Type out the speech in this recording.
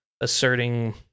asserting